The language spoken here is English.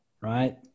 right